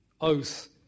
oath